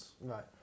Right